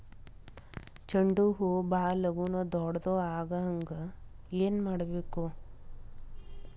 ಚಂಡ ಹೂ ಭಾಳ ಲಗೂನ ದೊಡ್ಡದು ಆಗುಹಂಗ್ ಏನ್ ಮಾಡ್ಬೇಕು?